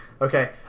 Okay